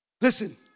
Listen